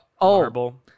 Marble